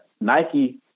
Nike